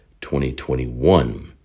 2021